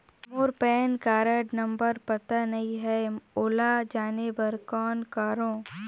मोर PAN card number पता नहीं है, ओला जाने बर कौन करो?